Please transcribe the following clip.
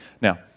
Now